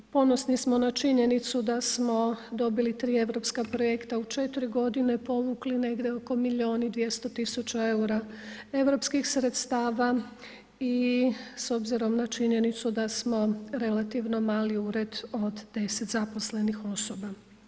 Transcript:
Ponosni smo na činjenicu da smo dobili tri europska projekta u 4 godine, povukli negdje oko milion i 200 tisuća eura europskih sredstava i s obzirom na činjenicu da smo relativno mali ured od 10 zaposlenih osoba.